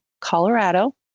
Colorado